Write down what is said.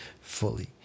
fully